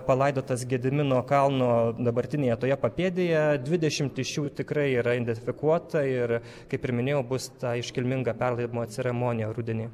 palaidotas gedimino kalno dabartinėje toje papėdėje dvidešimt iš jų tikrai yra identifikuota ir kaip ir minėjau bus ta iškilminga perlaidojimo ceremonija rudenį